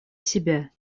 себя